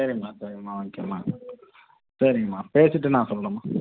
சரிம்மா சரிம்மா ஓகேமா சரிமா பேசிவிட்டு நான் சொல்லுறமா